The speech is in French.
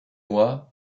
moi